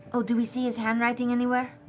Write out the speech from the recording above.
oh, do we see his handwriting anywhere?